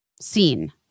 seen